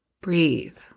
breathe